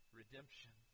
redemption